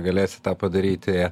galėsit tą padaryti